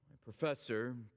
professor